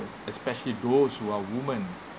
es~ especially those who are women